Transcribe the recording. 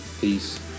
Peace